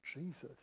Jesus